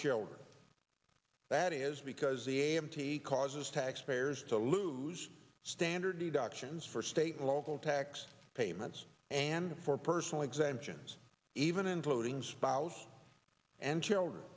children that is because the a m t causes taxpayers to lose standard deductions for state local tax payments and for personal exemptions even including spouse and children